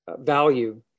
value